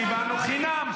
קיבלנו חינם.